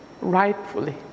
rightfully